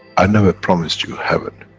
i never promised you heaven,